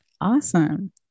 Awesome